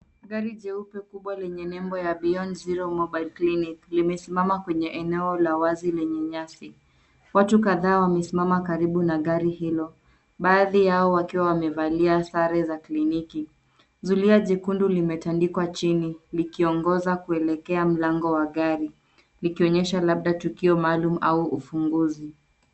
Gari jeupe kubwa lenye nembo ya beyond zero mobile clinic limesimama kwenye eneo la wazi lenye nyasi. Watu kadhaa wamesimama karibu na gari hilo baadhi yao wakiwa wamevalia sare za kiliniki. Zulia jekundu limetandikwa chini likiongoza kuelekea mlango wa gari ikionyesha labda tukio maalum au ufunguzi.